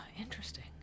interesting